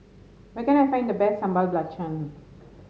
where can I find the best Sambal Belacan